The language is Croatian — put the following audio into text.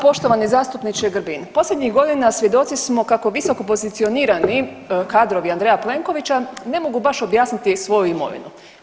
Poštovani zastupniče Grbin, posljednjih godina svjedoci smo kako visoko pozicionirani kadrovi Andreja Plenkovića ne mogu baš objasniti svoju imovinu.